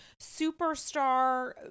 superstar